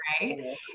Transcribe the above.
right